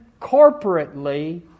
corporately